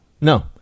No